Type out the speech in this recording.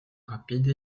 rapide